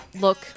Look